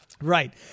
Right